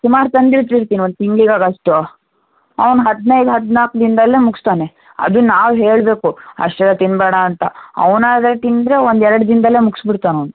ಸುಮಾರು ತಂದಿಟ್ಟಿರ್ತಿನಿ ಒಂದು ತಿಂಗ್ಳಿಗೆ ಆಗೋವಷ್ಟು ಅವನು ಹದ್ನೈದು ಹದ್ನಾಲ್ಕು ದಿನದಲ್ಲೇ ಮುಗ್ಸ್ತಾನೆ ಅದು ನಾವು ಹೇಳಬೇಕು ಅಷ್ಟೆಲ್ಲ ತಿನ್ಬೇಡ ಅಂತ ಅವನಾಗೆ ತಿಂದರೆ ಒಂದು ಎರ್ಡು ದಿನದಲ್ಲೇ ಮುಗ್ಸಿ ಬಿಡ್ತಾನೆ ಅವ್ನು